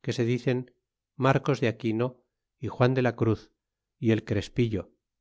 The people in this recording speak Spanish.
que se dicen marcos de aquino y juan de la cruz y el crespillo